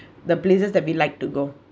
the places that we like to go